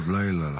עוד לילה.